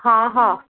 हा हा